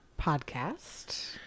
podcast